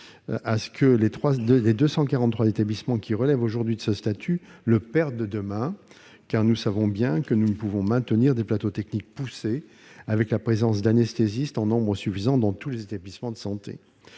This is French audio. à ce que les 243 établissements qui relèvent aujourd'hui de ce statut le perdent demain, car nous savons bien que nous ne pouvons maintenir des plateaux techniques poussés, où seraient présents des anesthésistes en nombre suffisant, dans tous les établissements de santé.